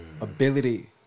ability